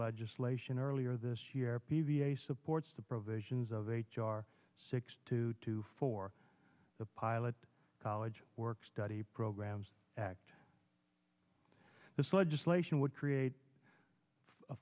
legislation earlier this year p v a supports the provisions of h r six to two for the pilot college work study programs act this legislation would create a